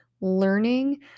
learning